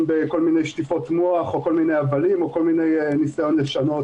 בכל מיני שטיפות מוח או כל מיני הבלים או ניסיון לשנות.